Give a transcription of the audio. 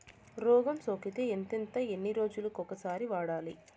రోగం సోకితే ఎంతెంత ఎన్ని రోజులు కొక సారి వాడాలి?